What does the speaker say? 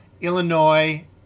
Illinois